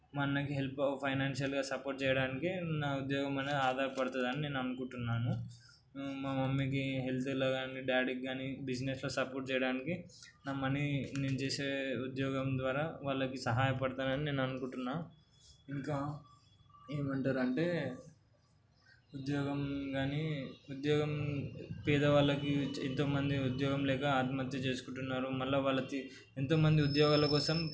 మా అన్నకి హెల్ప్ ఫైనాన్షియల్గా సపోర్ట్ చేయడానికి నా ఉద్యోగం అనేది ఆధారపడుతుందని నేను అనుకుంటున్నాను మా మమ్మీకి హెల్త్లో కానీ డాడీకి కానీ బిజినెస్లో సపోర్ట్ చేయడానికి నా మనీ నేను చేసే ఉద్యోగం ద్వారా వాళ్ళకి సహాయపడతానని నేను అనుకుంటున్నాను ఇంకా ఏమంటరంటే ఉద్యోగం కానీ ఉద్యోగం పేదవాళ్ళకి ఎంతో మంది ఉద్యోగం లేక ఆత్మహత్య చేసుకుంటున్నారు మళ్ళీ వాళ్ళు ఎంతోమంది ఉద్యోగాల కోసం